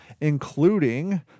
including